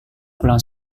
pulang